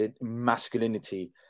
masculinity